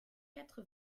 quatre